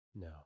no